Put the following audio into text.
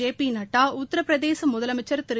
JP Nadda Uttar Pradesh முதலமைச்ச் திரு